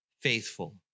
faithful